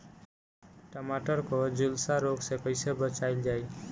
टमाटर को जुलसा रोग से कैसे बचाइल जाइ?